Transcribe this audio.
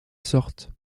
sorte